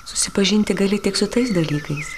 susipažinti gali tik su tais dalykais